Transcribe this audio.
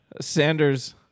Sanders